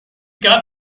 got